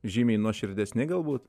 žymiai nuoširdesni galbūt